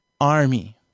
army